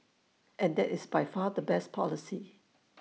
and that is by far the best policy